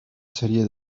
serie